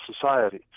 society